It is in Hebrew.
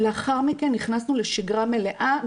לאחר מכן נכנסנו לשגרה מלאה.